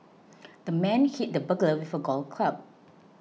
the man hit the burglar with a golf club